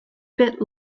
bit